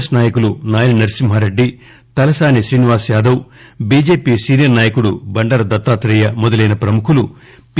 yes నాయకులు Nayini Narsimha Reddy Talasani Srinivas Yadav BJP senior నాయకులు బండారు దత్తాత్రేయ మొదలైన ప్రముఖులు పి